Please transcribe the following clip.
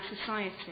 society